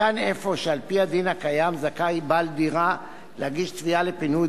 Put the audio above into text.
מכאן אפוא שעל-פי הדין הקיים זכאי בעל דירה להגיש תביעה לפינוי